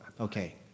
Okay